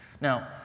Now